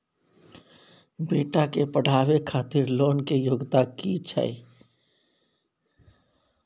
बेटा के पढाबै खातिर लोन के योग्यता कि छै